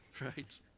right